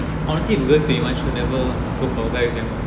honestly because pretty much whenever we go for a guy we can err